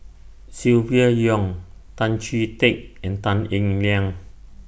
Silvia Yong Tan Chee Teck and Tan Eng Liang